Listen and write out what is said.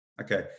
okay